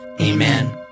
Amen